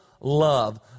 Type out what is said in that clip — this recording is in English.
Love